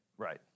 Right